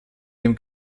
dem